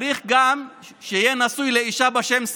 צריך גם שיהיה נשוי לאישה בשם שרה.